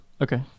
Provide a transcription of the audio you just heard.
Okay